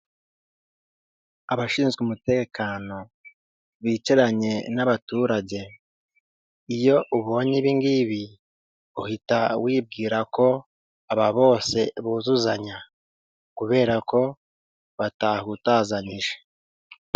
Abashinzwe umutekano bicaranye n'abaturage, iyo ubonye ibi ngibi uhita wibwira ko aba bose buzuzanya kubera ko batahutazanyije.